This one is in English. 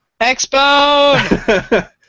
Expo